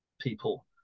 people